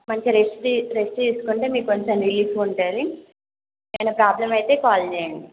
మంచిగా రెస్ట్ తీ రెస్ట్ తీసుకుంటే మీకు కొంచెం రిలీఫ్గా ఉంటుంది ఏమన్నా ప్రాబ్లెమ్ అయితే కాల్ చెయ్యండి